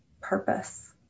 purpose